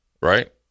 right